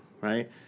right